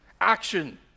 Action